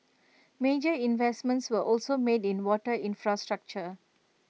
major investments were also made in water infrastructure